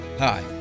Hi